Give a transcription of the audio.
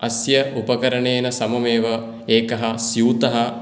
अस्य उपकरणेन सममेव एकः स्यूतः